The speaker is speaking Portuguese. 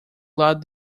lado